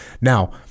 Now